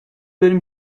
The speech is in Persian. بریم